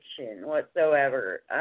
whatsoever